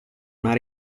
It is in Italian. una